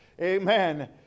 Amen